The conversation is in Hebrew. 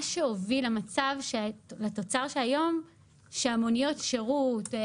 מה שהוביל לתוצאה היום שמוניות שירות,